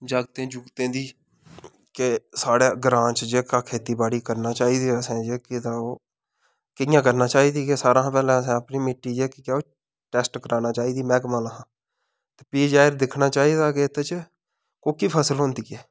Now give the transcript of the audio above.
जागतें जुगतें दी कि साढ़ै ग्रांऽ च जेह्का खेतीबाड़ी करना चाहिदी ऐ असें कि ओह् कि'यां करना चाहिदी कि सारे हां पैह्लें असें अपनी मिट्टी टैस्ट कराना चाहिदी मैहकमें आहलें कोला ते फ्ही जा'इर दिक्खना चाहिदा कि एह्दे च कोह्की फसल होंदी ऐ